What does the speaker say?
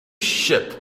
shipp